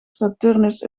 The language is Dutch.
saturnus